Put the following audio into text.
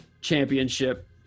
championship